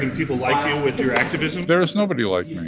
and people like you with your activism? there is nobody like me.